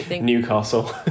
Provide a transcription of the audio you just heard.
Newcastle